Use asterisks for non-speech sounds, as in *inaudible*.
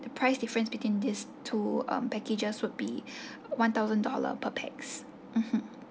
the price difference between these two um packages would be *breath* one thousand dollar per pax mmhmm